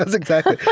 exactly.